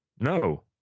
No